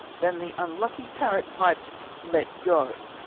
than the unlucky parrot piped let go!